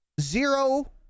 Zero